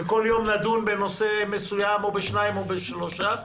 כל יום נדון בנושא מסוים או בשניים או בשלושה,